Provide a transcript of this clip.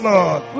Lord